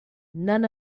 none